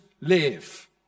live